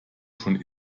schon